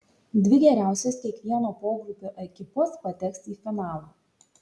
dvi geriausios kiekvieno pogrupio ekipos pateks į finalą